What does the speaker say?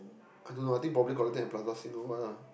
I don't know I think probably collecting at Plaza-Sing or what lah